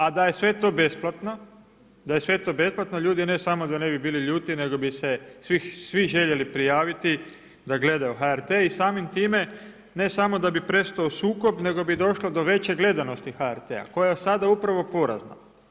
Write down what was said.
A da je sve to besplatno, da je sve to besplatno, ljudi ne samo da ne bi bili ljuti, nego bi se svi željeli prijaviti, da gledaju HRT i samim time, ne samo da bi prestao sukob, nego bi došlo do veće gledanosti HRT-a, koja je sada upravo porazna.